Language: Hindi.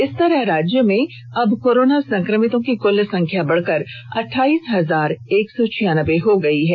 इस तरह राज्य में अब कोरोना संक्रमितों की कुल संख्या बढ़कर अठाइस हजार एक सौ छियानबे हो गई है